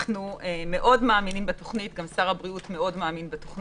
מאוד מאמינים בתוכנית וגם שר הבריאות מאוד מאמין בה,